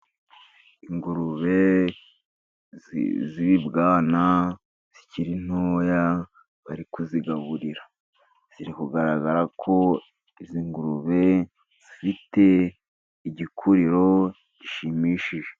Ingurube z'ibibwana zikiri ntoya bari kuzigaburira, ziri kugaragara ko izi ngurube zifite igikuriro gishimishije.